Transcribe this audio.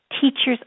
teachers